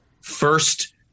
first